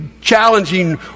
challenging